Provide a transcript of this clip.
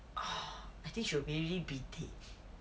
oh I think she'll really be dead